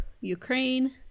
Ukraine